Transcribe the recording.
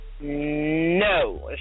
No